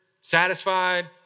satisfied